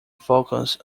focus